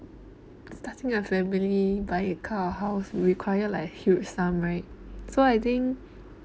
starting a family buy a car house will require like huge sum right so I think